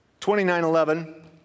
2911